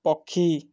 ପକ୍ଷୀ